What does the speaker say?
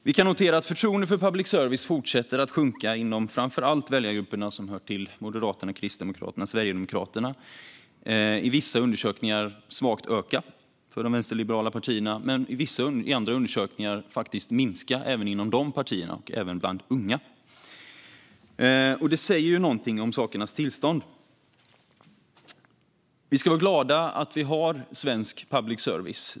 Vi kan notera att förtroendet för public service fortsätter att sjunka inom framför allt de väljargrupper som hör till Moderaterna, Kristdemokraterna och Sverigedemokraterna. I vissa undersökningar ökar förtroendet svagt bland de vänsterliberala partiernas väljare, men i andra undersökningar minskar den faktiskt även bland dem och även bland unga. Detta säger något om sakernas tillstånd. Vi ska vara glada över att vi har svensk public service.